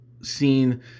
seen